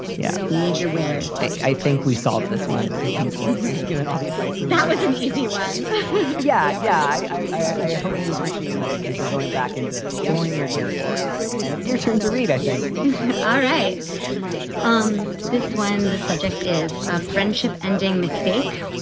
yeah. you need your wares i think we solved this one. i think we've given all the advice that was an easy one yeah. yeah. i i hope you appreciated it because we're going back into thornier territory and it's your turn to read i think i write um this when the subject is a friendship ending mistake.